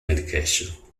medication